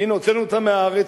כי הנה, הוצאנו אותם מהארץ